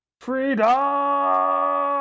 freedom